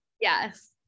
Yes